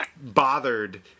bothered